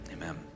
amen